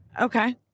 Okay